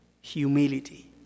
humility